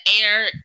air